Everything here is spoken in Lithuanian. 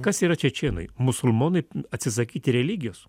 kas yra čečėnai musulmonai atsisakyti religijos